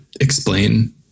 explain